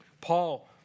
Paul